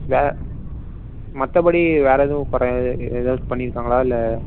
வேறு மற்றபடி வேறு எதுவும் குறை ஏதாவது பண்ணியிருக்காங்களா இல்லை